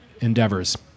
endeavors